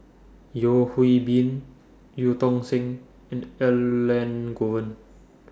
Yeo Hwee Bin EU Tong Sen and Elangovan